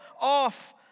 off